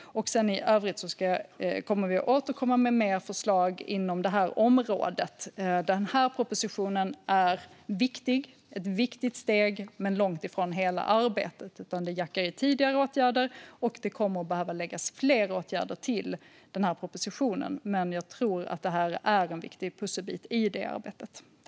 I övrigt återkommer vi med mer förslag inom området. Den här propositionen är ett viktigt steg, men långt ifrån hela arbetet. Den jackar i tidigare åtgärder, och fler åtgärder kommer att läggas till i propositionen. Men den här propositionen är en viktig pusselbit i det arbetet.